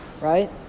right